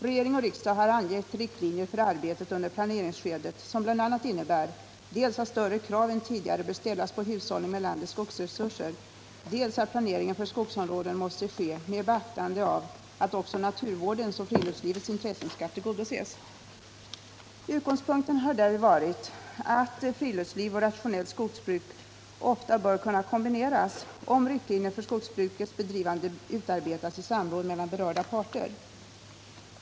Regering och riksdag har angett riktlinjer för arbetet under planeringsskedet, som bl.a. innebär dels att större krav än tidigare bör ställas på hushållning med landets skogsresurser, dels att planeringen för skogsområden måste ske med beaktande av att också naturvårdens och friluftslivets intressen skall tillgodoses. Utgångspunkten har därvid varit att friluftsliv och rationellt skogsbruk ofta bör kunna kombineras, om riktlinjer för skogsbrukets bedrivande utarbetas i samråd mellan be 65 rörda parter.